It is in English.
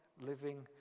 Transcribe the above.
living